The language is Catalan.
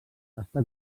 està